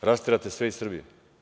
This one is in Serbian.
Da rasterate sve iz Srbije?